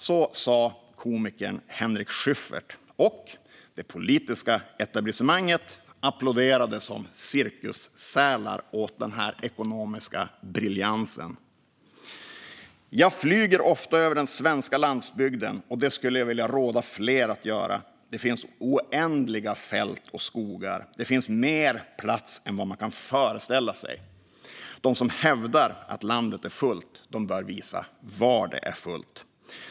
Så skrev komikern Henrik Schyffert, och det politiska etablissemanget applåderade som cirkussälar åt denna ekonomiska briljans. "Jag flyger ofta över den svenska landsbygden och det skulle jag vilja råda fler att göra. Där finns oändliga fält och skogar. Där finns mer plats än man kan föreställa sig. De som hävdar att landet är fullt, de bör visa var det är fullt."